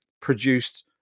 produced